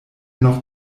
noch